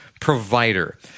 provider